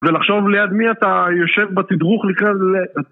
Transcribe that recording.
ולחשוב ליד מי אתה יושב בתדרוך לכלל ל...